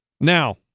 Now